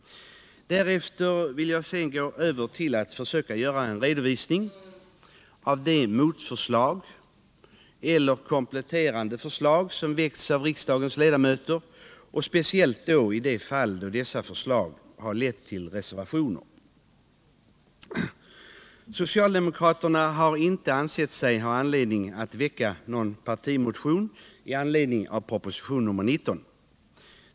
Därefter vill jag försöka redovisa de motförslag eller kompletterande förslag som väckts av riksdagens ledamöter, speciellt i de fall då dessa förslag lett till reservationer. Socialdemokraterna har inte ansett sig ha anledning att väcka en partimotion i anledning av proposition nr 19.